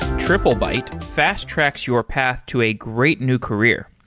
triplebyte fast-tracks your path to a great new career.